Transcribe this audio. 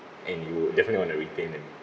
and you definitely want to retain them